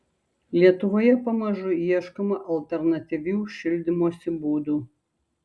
lietuvoje pamažu ieškoma alternatyvių šildymosi būdų